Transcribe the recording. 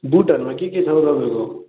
बुटहरूमा के के छ हौ तपाईँको